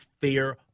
fair